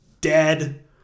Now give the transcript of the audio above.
Dead